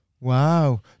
Wow